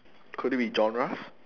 could it be genres